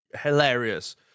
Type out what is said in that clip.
hilarious